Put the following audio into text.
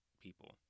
people